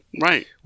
Right